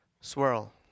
swirl